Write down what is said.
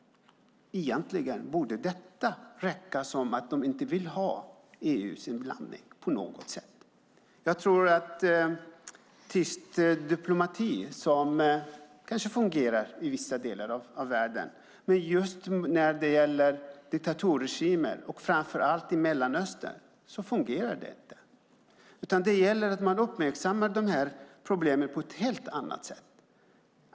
Egentligen borde det räcka som bevis för att de inte vill ha EU:s inblandning på något sätt. Tyst diplomati kanske fungerar i vissa delar av världen, men när det gäller diktaturregimer, framför allt i Mellanöstern, fungerar det inte. Det gäller att man uppmärksammar problemen på ett helt annat sätt.